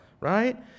right